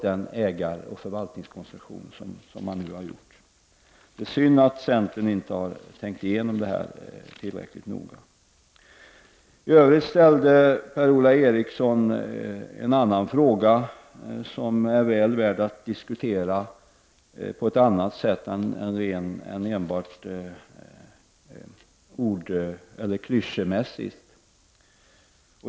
Det är synd att centern inte har tänkt igenom frågan tillräckligt noga. Sedan ställde Per-Ola Eriksson en annan fråga som är väl värd att diskutera på ett annat sätt än enbart ”klichémässigt”.